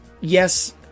yes